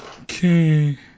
Okay